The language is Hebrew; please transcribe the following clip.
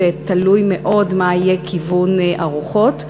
ותלוי מאוד מה יהיה כיוון הרוחות.